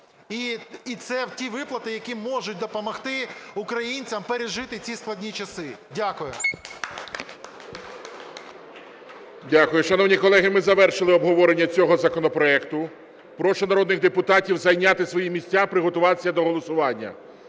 І це ті виплати, які можуть допомогти українцям пережити ці складні часи. Дякую. ГОЛОВУЮЧИЙ. Дякую. Шановні колеги, ми завершили обговорення цього законопроекту. Прошу народних депутатів зайняти свої місця, приготуватися до голосування.